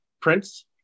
Prince